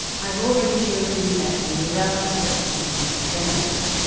i've already showed you that the url is automatically generated.